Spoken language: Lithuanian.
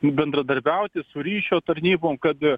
bendradarbiauti su ryšio tarnybom kad